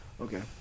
Okay